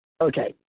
okay